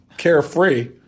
carefree